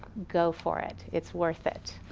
go for it, it's worth it.